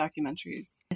documentaries